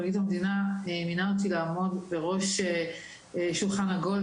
פרקליט המדינה מינה אותי לעמוד בראש שולחן עגול,